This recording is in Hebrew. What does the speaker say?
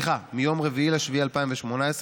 4 ביולי 2018,